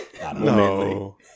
no